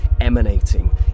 emanating